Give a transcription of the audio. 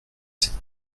cette